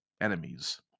enemies